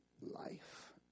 life